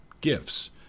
gifts